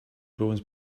bones